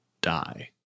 die